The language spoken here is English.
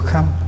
Come